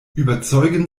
überzeugen